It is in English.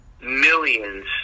millions